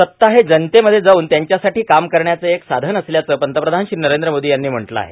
सत्ता हे जनतेमध्ये जाऊन त्यांच्यासाठी काम करण्याचं एक साधन असल्याचं पंतप्रधान श्री नरेंद्र मोदी यांनी म्हटलं आहे